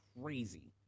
crazy